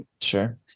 Sure